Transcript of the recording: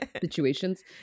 situations